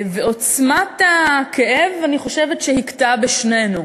ועוצמת הכאב, אני חושבת שהיא הכתה בשנינו.